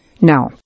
Now